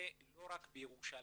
זה לא רק בירושלים,